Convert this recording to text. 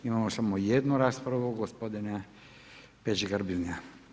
Imamo samo jednu raspravu, gospodina Peđe Grbina.